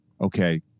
okay